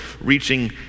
reaching